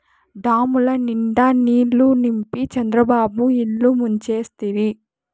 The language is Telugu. డాముల నిండా నీళ్ళు నింపి చంద్రబాబు ఇల్లు ముంచేస్తిరి